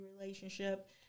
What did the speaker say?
relationship